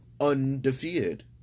undefeated